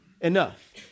enough